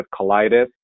colitis